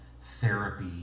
therapy